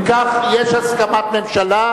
אם כך, יש הסכמת ממשלה,